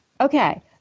okay